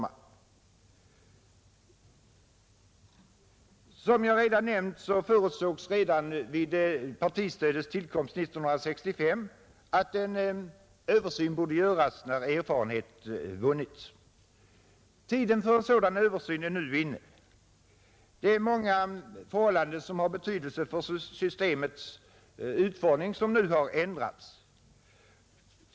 Som jag nämnde förutsågs redan vid partistödets tillkomst 1965 att en översyn borde göras när erfarenhet vunnits. Tiden för en sådan översyn är nu inne. Det är många förhållanden av betydelse för systemets utformning som nu har ändrats.